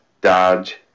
Dodge